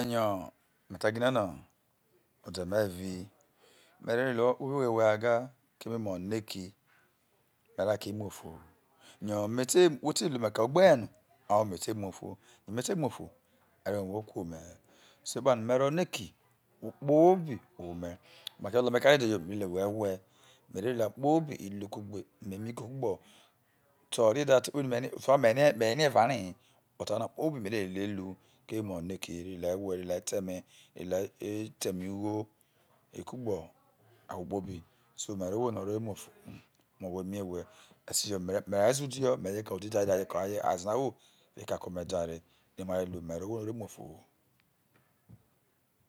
Yo me ta gine no ode me evi me relele ohwo kpobi hwe gaga keme yo ohreki me kakeino ofu huyo whete vu ome ka ugbehr oyeme ti mu ofu arene ohwo kru ome he so epano merro ohrekii ohwo kpobi ohwome make la ome eka dede mere lele owhe hwe me ve lele ahwo kpobiru kugbe me ra hi butahwo kpobi mere leleru keme me ohre ki me rele lea hwe lelea ta eme lelea ta eme ugho je kugbe ahwo kpobi so me yo ohwo ono o re mu ofuhu me you ohwo emehwe esejo inereze udi mere ka udii kae yo ede noa wo are ka omer dare erema rare mero ohwo ne ore mu ofuhu